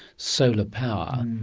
solar power,